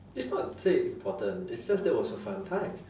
it's not say important it's just that was a fun time